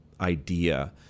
idea